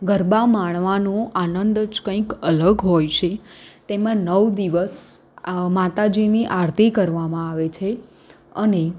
ગરબા માણવાનો આનંદ જ કંઇક અલગ હોય છે તેમાં નવ દિવસ આ માતાજીની આરતી કરવામાં આવે છે અને